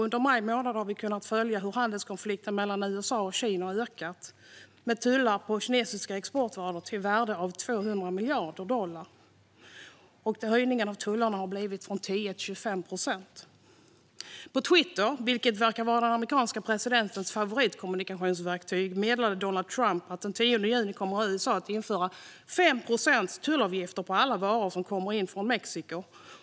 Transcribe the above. Under maj månad har vi kunnat följa hur handelskonflikten mellan USA och Kina har ökat, till exempel med tullar på kinesiska exportvaror till ett värde av 200 miljarder dollar. Tullarna har höjts från 10 till 25 procent. På Twitter, som verkar vara den amerikanske presidentens favoritkommunikationsverktyg, meddelade Donald Trump att USA den 10 juni kommer att införa tullavgifter på 5 procent på alla varor som kommer in från Mexiko.